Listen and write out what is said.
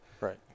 Right